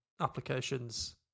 applications